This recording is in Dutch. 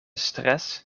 stress